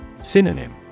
Synonym